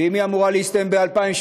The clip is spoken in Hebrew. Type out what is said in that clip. ואם היא אמורה להסתיים ב-2017,